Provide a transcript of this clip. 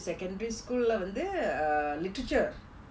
secondary school வந்து:vanthu uh literature